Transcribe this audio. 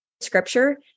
scripture